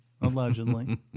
Allegedly